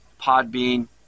Podbean